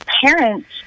parents